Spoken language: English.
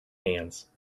hands